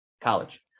college